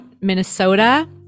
Minnesota